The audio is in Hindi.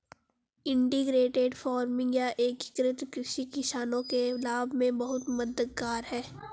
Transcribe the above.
इंटीग्रेटेड फार्मिंग या एकीकृत कृषि किसानों के लाभ में बहुत मददगार है